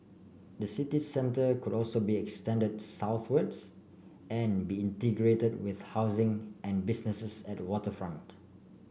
the city centre could also be extended southwards and be integrated with housing and businesses at waterfront